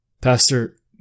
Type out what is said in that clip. Pastor